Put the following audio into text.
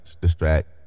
Distract